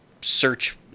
search